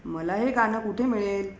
मला हे गाणं कुठे मिळेल